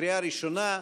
בקריאה ראשונה.